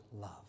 love